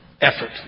effort